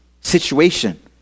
situation